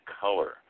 color